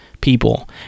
people